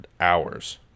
hours